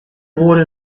wurde